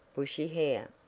bushy hair.